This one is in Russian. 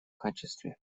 качестве